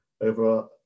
over